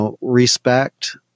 respect